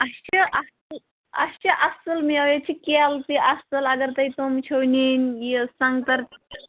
اَسہِ چھِ اَصٕل اَسہِ چھِ اَصٕل مٮ۪وٕ ییٚتہِ چھِ کیلہٕ تہِ اَصٕل اگر تۄہہِ تِم چھِو نِنۍ یہِ سنٛگتَر